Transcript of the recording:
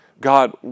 God